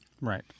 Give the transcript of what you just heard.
Right